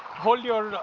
hold your.